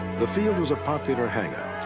the field was a popular hangout,